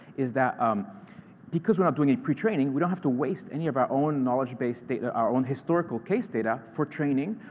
is that um because we're not doing a pre-training, we don't have to waste any of our own knowledge base data our own historical case data for training.